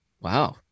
Wow